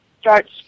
starts